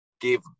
give